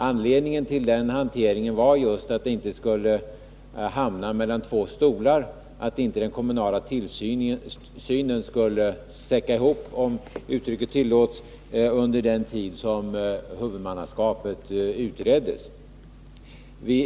Anledningen till detta var just att vi inte skulle hamna mellan två stolar genom att den kommunala tillsynen — om uttrycket tillåts — säckade ihop under den tid som frågan om huvudmannaskapet utreddes.